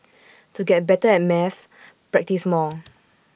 to get better at maths practise more